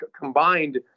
combined